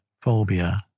phobia